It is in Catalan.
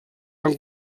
van